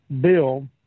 bill